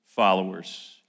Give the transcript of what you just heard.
Followers